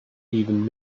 even